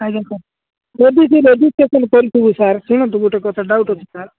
ଆଜ୍ଞା ସାର୍ ଏବେବି ରେଜିଷ୍ଟ୍ରେସନ୍ କରିଥିଲି ସାର୍ ଶୁଣନ୍ତୁ ଗୋଟେ କଥା ଡାଉଟ୍ ଅଛି ସାର୍